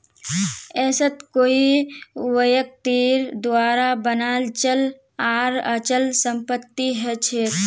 asset कोई व्यक्तिर द्वारा बनाल चल आर अचल संपत्ति हछेक